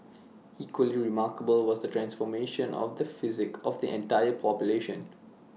equally remarkable was the transformation of the psyche of an entire population